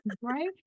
Right